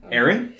Aaron